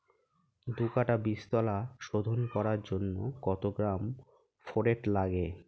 দু কাটা বীজতলা শোধন করার জন্য কত গ্রাম ফোরেট লাগে?